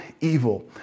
evil